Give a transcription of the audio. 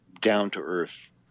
down-to-earth